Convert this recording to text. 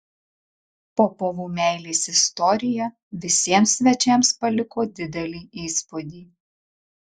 popovų meilės istorija visiems svečiams paliko didelį įspūdį